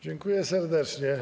Dziękuję serdecznie.